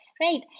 Right